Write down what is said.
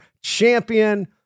champion